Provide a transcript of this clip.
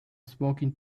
smoking